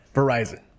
Verizon